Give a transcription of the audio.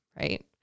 right